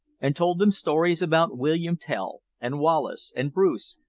and told them stories about william tell, and wallace, and bruce,